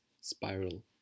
spiral